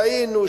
ראינו,